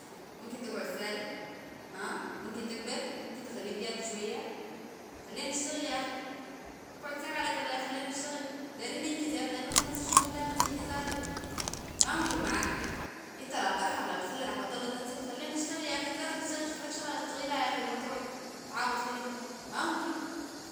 ممكن تقعد ساي اه ممكن تكبر ممكن تخليك جادي شوية خلينا نشتغل يا خي أقعد ساي عليك الله يا خلينا نشتغل دارين ننجز ياخ دارين نخلص الشغل ده ياخ زهجنا زاتو ما ممكن معاك إتا لا بترحم لا بتخلي رحمة الله تنزل خلينا نشتغل يا أخي إتا ذاتك اشتغل شوف لك شغلا أشتغلا يا أخ بدل ما تقعد تتعابط فينا كده ما ممكن